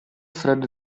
fred